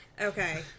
Okay